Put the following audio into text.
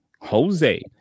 Jose